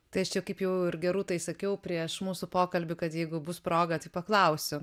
tai aš čia kaip jau ir gerūtai sakiau prieš mūsų pokalbį kad jeigu bus proga tai paklausiu